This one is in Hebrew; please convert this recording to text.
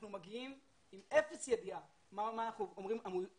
אנחנו מגיעים עם אפס ידיעה לגבי מה אנחנו הולכים